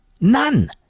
None